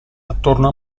attorno